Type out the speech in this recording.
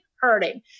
hurting